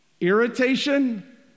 irritation